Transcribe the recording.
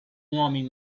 homem